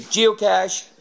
Geocache